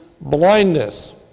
blindness